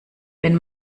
wenn